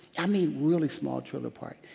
i mean, a really small trailer park.